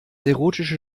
erotische